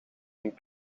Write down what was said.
een